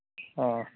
ਹਾਂ